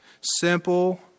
Simple